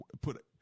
put